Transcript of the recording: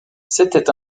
c’était